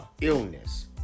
illness